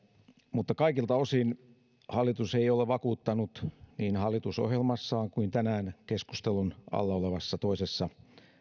mutta kaikilta osin hallitus ei ole vakuuttanut hallitusohjelmassaan eikä tänään keskustelun alla olevassa toisessa